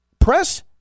Press